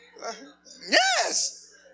Yes